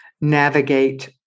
navigate